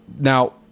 Now